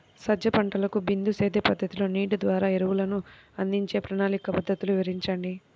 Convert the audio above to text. సజ్జ పంటకు బిందు సేద్య పద్ధతిలో నీటి ద్వారా ఎరువులను అందించే ప్రణాళిక పద్ధతులు వివరించండి?